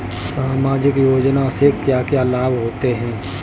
सामाजिक योजना से क्या क्या लाभ होते हैं?